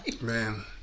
Man